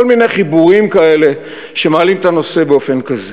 כל מיני חיבורים כאלה שמעלים את הנושא באופן כזה.